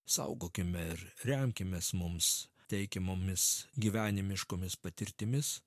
saugokime ir remkimės mums teikiamomis gyvenimiškomis patirtimis